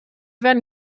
werden